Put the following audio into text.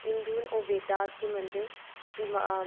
हिन्दू न ओह् वेदास गी मनदे श्री मद्भगवतगीता होई जि'यां